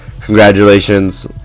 Congratulations